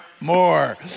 more